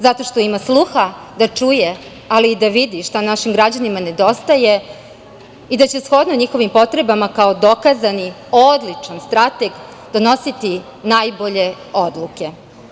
Zato što ima sluha da čuje, ali i da vidi šta našim građanima nedostaje i da će shodno njihovim potrebama, kao dokazani odličan strateg, donositi najbolje odluke.